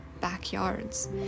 backyards